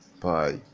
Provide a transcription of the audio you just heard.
bye